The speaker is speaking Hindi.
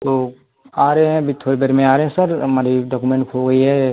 तो आ रहे हैं अभी थोड़ी देर में आ रहे हैं सर हमारी डॉकुमेंट खो गई है